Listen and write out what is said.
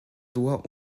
doigts